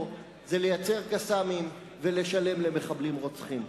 כסף שכל מה שעושים בו זה לייצר "קסאמים" ולשלם למחבלים רוצחים.